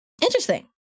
interesting